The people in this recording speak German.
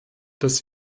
dass